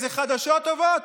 זה חדשות טובות.